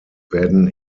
werden